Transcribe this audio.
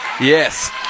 Yes